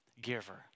giver